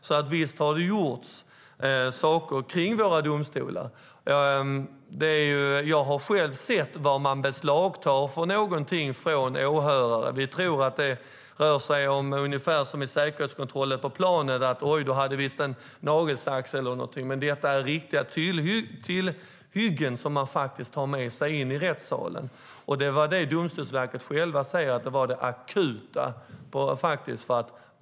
Så visst har det gjorts saker vid våra domstolar. Jag har själv sett vad man beslagtar från åhörare. Vi tror att det är ungefär som vid säkerhetskontrollen på planet, en nagelsax eller något liknande. Men det handlar om riktiga tillhyggen som tas med in i rättssalen. Domstolsverket sa att det var det akuta behovet.